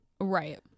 Right